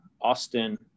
Austin